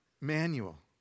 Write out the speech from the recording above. manual